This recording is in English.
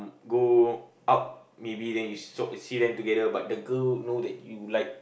go out maybe then like you see them together but the girl know that you like